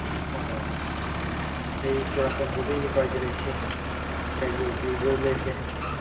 ꯑꯣ ꯑꯩ ꯆꯨꯔꯥꯆꯥꯟꯄꯨꯔꯗꯒꯤꯅꯤ ꯄꯥꯏꯖꯔꯤꯁꯦ ꯀꯩ ꯑꯣꯏꯕꯤꯕ ꯂꯩꯔꯒꯦ